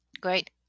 Great